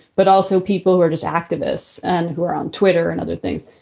but also people who are just activists and who are on twitter and other things,